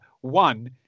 One